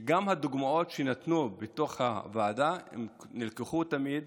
גם הדוגמאות שנתנו בוועדה נלקחו תמיד